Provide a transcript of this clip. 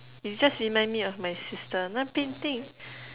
you just remind me of my sister painting